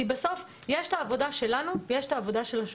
בסוף יש את העבודה שלנו ויש את העבודה של השופט.